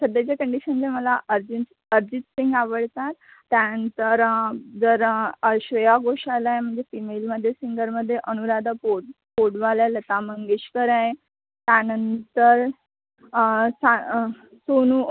सध्याच्या कंडिशनला मला अर्जिं अरिजित सिंग आवडतात त्यानंतर जर श्रेया घोषाल आहे म्हणजे फिमेलमध्ये सिंगरमध्ये अनुराधा पो पौडवाल आहे लता मंगेशकर आहे त्यानंतर सा सोनू